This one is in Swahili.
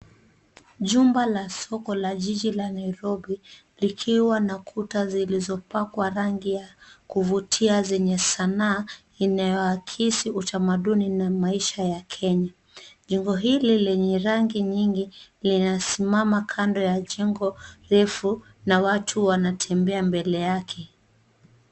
Jumba la soko la jiji la Nairobi likiwa na kuta zilizopakwa rangi ya kuvutia zenye sanaa inayoakisi utamaduni na maisha ya Kenya. Jengo hili lenye rangi nyingi linasimama kando ya jengo refu na watu wanatembea mbele yake.